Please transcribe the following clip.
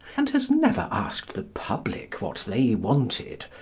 and has never asked the public what they wanted,